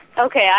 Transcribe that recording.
Okay